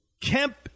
Kemp